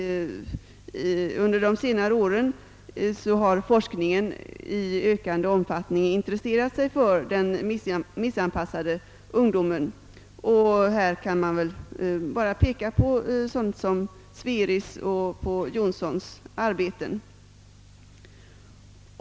Under de senaste åren har forskarna i allt större omfattning intresserat sig för den missanpassade ungdomen — jag kan exempelvis peka på professor Sveris och doktor Jonssons arbeten.